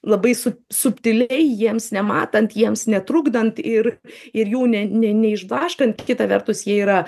labai sub subtiliai jiems nematant jiems netrukdant ir ir jų ne ne neišblaškant kita vertus jie yra